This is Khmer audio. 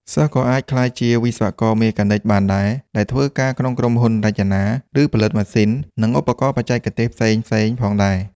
សិស្សក៏អាចក្លាយជាវិស្វករមេកានិកបានដែរ ដែលធ្វើការក្នុងក្រុមហ៊ុនរចនា ឬផលិតម៉ាស៊ីន និងឧបករណ៍បច្ចេកទេសផ្សេងៗផងដែរ។